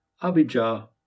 Abijah